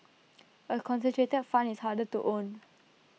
A concentrated fund is harder to own